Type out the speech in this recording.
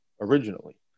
originally